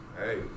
hey